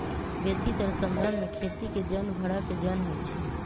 बेशीतर संदर्भ में खेती के जन भड़ा के जन होइ छइ